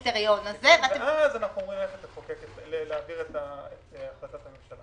בקריטריון הזה של מסתננים ואז אנחנו אמורים להעביר את החלטת הממשלה.